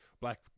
black –